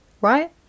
right